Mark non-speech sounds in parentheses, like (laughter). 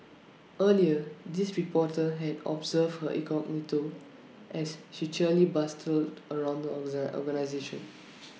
earlier this reporter had observed her incognito as she cheerily bustled around the (unintelligible) organisation